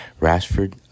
Rashford